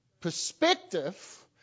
Perspective